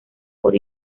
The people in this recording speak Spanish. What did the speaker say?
por